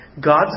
God's